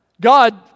God